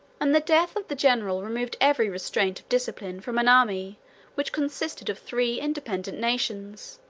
and the death of the general removed every restraint of discipline from an army which consisted of three independent nations,